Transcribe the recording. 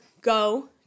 go